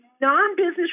non-business